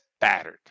battered